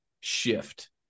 shift